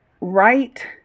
right